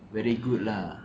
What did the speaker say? very good lah